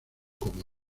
como